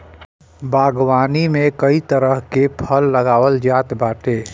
बागवानी में कई तरह के फल लगावल जात बाटे